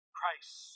Christ